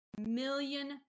million